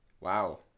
wow